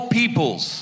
peoples